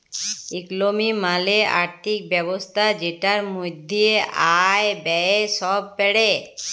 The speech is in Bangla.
ইকলমি মালে আর্থিক ব্যবস্থা জেটার মধ্যে আয়, ব্যয়ে সব প্যড়ে